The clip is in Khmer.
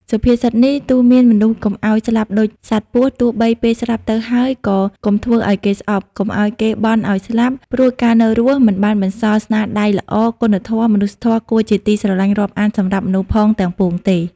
សុភាសិតនេះទូន្មានមនុស្សកុំឲ្យស្លាប់ដូចសត្វពស់ ទោះបើពេលស្លាប់ទៅហើយ ក៏កុំធ្វើឲ្យគេស្អប់ កុំឲ្យគេបន់ឲ្យស្លាប់ ព្រោះកាលនៅរស់មិនបានបន្សល់ស្នាដៃល្អ គុណធម៌ មនុស្សធម៌គួរជាទីស្រឡាញ់រាប់អានសម្រាប់មនុស្សផងទាំងពួងទេ ។